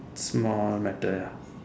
small matter ya